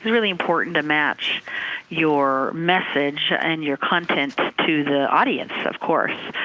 really important to match your message and your content to the audience of course.